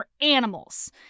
animals